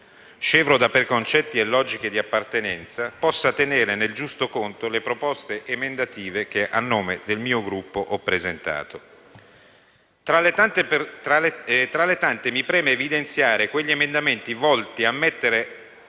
scevro da preconcetti e logiche di appartenenza, tenga conto delle proposte emendative che, a nome del mio Gruppo, ho presentato. Tra le tante, mi preme evidenziare quegli emendamenti volti a mettere